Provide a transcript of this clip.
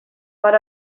per